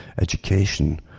education